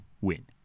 win